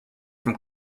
from